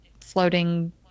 floating